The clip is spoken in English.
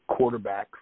quarterbacks